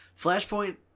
Flashpoint